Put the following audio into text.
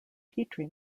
petri